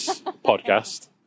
podcast